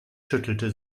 schüttelte